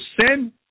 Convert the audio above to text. sin